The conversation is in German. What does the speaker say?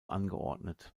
angeordnet